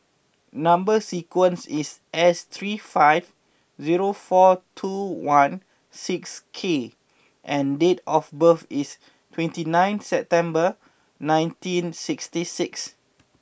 number sequence is S three five zero four two one six K and date of birth is twenty ninth September nineteen sixty six